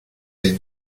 elle